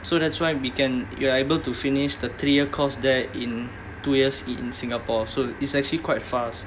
so that's why can we're able to finish the three year course there in two years in singapore so it's actually quite fast